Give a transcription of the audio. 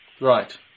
right